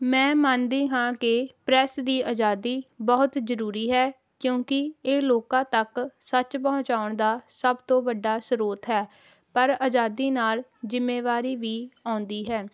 ਮੈਂ ਮੰਨਦੀ ਹਾਂ ਕਿ ਪ੍ਰੈਸ ਦੀ ਆਜ਼ਾਦੀ ਬਹੁਤ ਜ਼ਰੂਰੀ ਹੈ ਕਿਉਂਕਿ ਇਹ ਲੋਕਾਂ ਤੱਕ ਸੱਚ ਪਹੁੰਚਾਉਣ ਦਾ ਸਭ ਤੋਂ ਵੱਡਾ ਸਰੋਤ ਹੈ ਪਰ ਆਜ਼ਾਦੀ ਨਾਲ ਜ਼ਿੰਮੇਵਾਰੀ ਵੀ ਆਉਂਦੀ ਹੈ